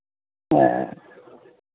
ᱦᱮᱸ